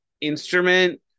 instrument